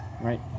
right